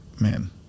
man